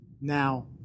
Now